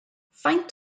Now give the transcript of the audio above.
faint